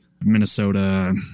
Minnesota